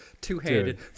two-handed